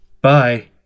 bye